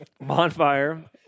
Bonfire